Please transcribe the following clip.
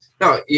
No